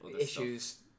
issues